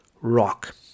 rock